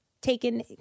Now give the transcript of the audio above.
taken